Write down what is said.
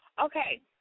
Okay